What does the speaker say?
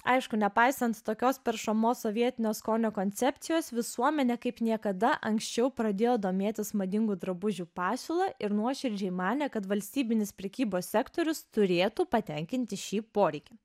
aišku nepaisant tokios peršamos sovietinio skonio koncepcijos visuomenė kaip niekada anksčiau pradėjo domėtis madingų drabužių pasiūla ir nuoširdžiai manė kad valstybinis prekybos sektorius turėtų patenkinti šį poreikį